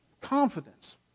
confidence